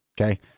Okay